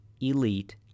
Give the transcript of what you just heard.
elite